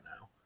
now